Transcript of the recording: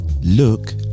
look